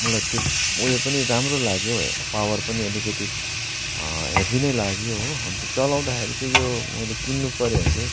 मलाई त्यो उयो पनि राम्रो लाग्यो है पावर पनि अलिकति हेभी नै लाग्यो हो अन्त चलाउँदाखेरि चाहिँ यो उसले किन्नुपर्यो भने चाहिँ मलाई